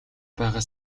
байгаа